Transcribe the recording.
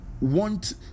want